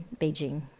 Beijing